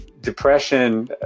Depression